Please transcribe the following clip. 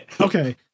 Okay